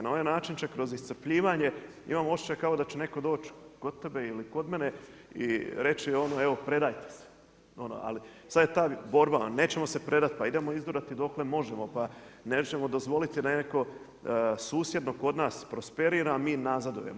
Na ovaj način će kroz iscrpljivanje, ima osjećaj kao da će netko doći kod tebe ili kod mene i reći predajte se, ali sad je ta borba, nećemo se predat, pa idemo izdurati dokle možemo, pa nećemo dozvoliti da netko susjedno kod nas prosperira, mi nazadujemo.